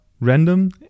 random